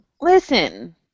Listen